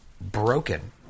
broken